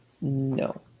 No